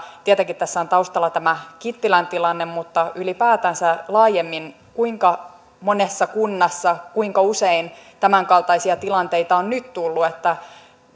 tietenkin tässä on taustalla tämä kittilän tilanne mutta ylipäätänsä laajemmin kuinka monessa kunnassa kuinka usein tämänkaltaisia tilanteita on nyt tullut että